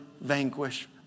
vanquish